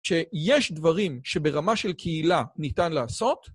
כשיש דברים שברמה של קהילה ניתן לעשות.